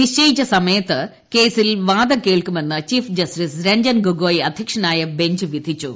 നിശ്ചയിച്ചു സമയത്ത് കേസിൽ വാദം കേൾക്കുമെന്ന് ചീഫ് ജസ്റ്റിസ് രഞ്ജൻ ഗൊഗോയ് അധ്യക്ഷനായ ബഞ്ച് വിധിച്ചു